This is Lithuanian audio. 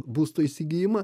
būstų įsigijimą